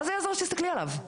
מה זה יעזור שתסתכלי עליו?